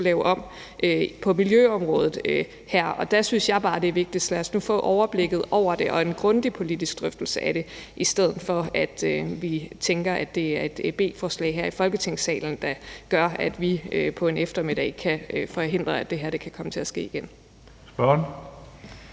lave om på miljøområdet. Der synes jeg bare, at det er vigtigt, at vi nu får overblikket over det og en grundig politisk drøftelse af det, i stedet for at vi tænker, at vi med et B-forslag her i Folketingssalen på en eftermiddag kan forhindre, at det her kan komme til at ske igen. Kl.